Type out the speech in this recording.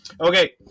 Okay